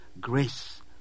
grace